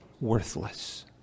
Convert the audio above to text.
worthless